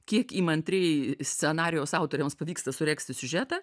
kiek įmantriai scenarijaus autoriams pavyksta suregzti siužetą